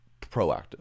proactive